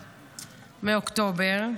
מאוקטובר.